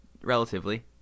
relatively